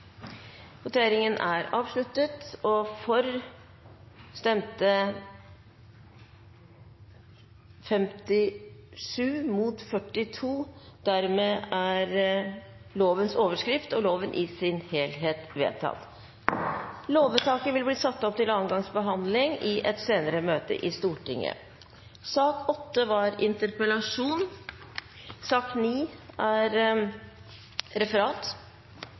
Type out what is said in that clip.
8 er avsluttet. Da er Stortinget klar til å gå til votering. Det voteres over lovens overskrift og loven i sin helhet. Lovvedtaket vil bli satt opp til andre gangs behandling i et senere møte i Stortinget.